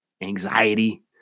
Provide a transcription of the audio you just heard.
anxiety